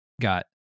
got